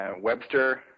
Webster